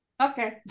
Okay